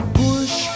push